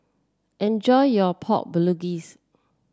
enjoy your Pork Bulgogis